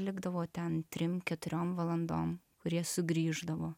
likdavo ten trim keturiom valandom kurie sugrįždavo